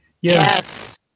Yes